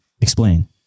Explain